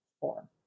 four